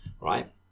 right